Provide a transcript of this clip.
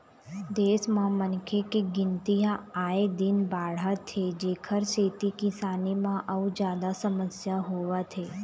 देश म मनखे के गिनती ह आए दिन बाढ़त हे जेखर सेती किसानी म अउ जादा समस्या होवत हे